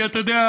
כי אתה יודע,